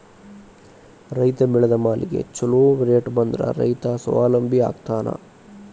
ರೈತ ಬೆಳೆದ ಮಾಲಿಗೆ ಛೊಲೊ ರೇಟ್ ಬಂದ್ರ ರೈತ ಸ್ವಾವಲಂಬಿ ಆಗ್ತಾನ